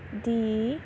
ਦੀ